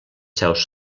seus